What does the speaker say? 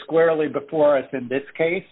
squarely before us in this case